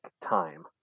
time